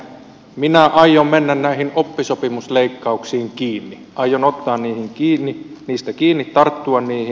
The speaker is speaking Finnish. minä aion mennä näihin oppisopimusleikkauksiin kiinni aion ottaa niistä kiinni tarttua niihin